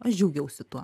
aš džiaugiausi tuo